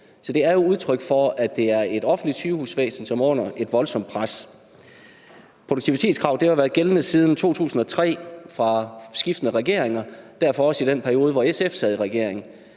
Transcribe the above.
så det er jo udtryk for, at det er et offentligt sygehusvæsen, som er under et voldsomt pres. Produktivitetskravet har jo været gældende siden 2003 fra skiftende regeringer, og derfor også i den periode, hvor SF sad i regering.